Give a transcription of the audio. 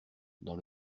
dans